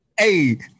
Hey